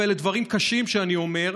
ואלה דברים קשים שאני אומר,